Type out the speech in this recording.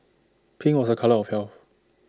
pink was A colour of heal